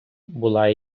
була